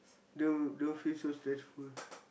don't don't feel so stressful